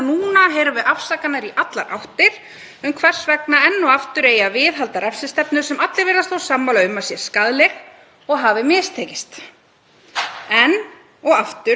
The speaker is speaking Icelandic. Enn og aftur skal einn viðkvæmasti hópur landsins bíða eftir réttarbót. Spurning mín til hæstv. ráðherra er einföld: Er ekki bara best,